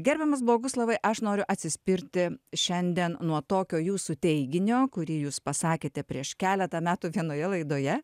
gerbiamas boguslavai aš noriu atsispirti šiandien nuo tokio jūsų teiginio kurį jūs pasakėte prieš keletą metų vienoje laidoje